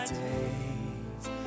days